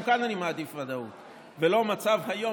גם כאן אני מעדיף ודאות ולא את המצב היום,